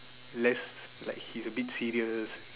less like his abit serious